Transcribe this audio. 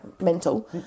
Mental